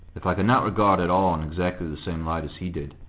if i could not regard it all in exactly the same light as he did,